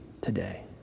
today